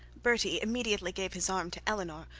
bertie immediately gave his arm to eleanor,